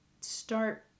start